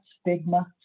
stigma